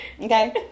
okay